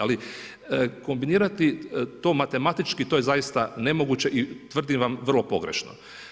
Ali kombinirati to matematički to je zaista nemoguće i tvrdim vam vrlo pogrešno.